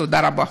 תודה רבה.